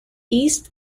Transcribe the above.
east